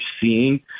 seeing